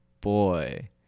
boy